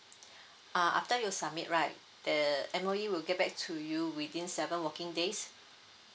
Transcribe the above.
err after you submit right the M_O_E will get back to you within seven working days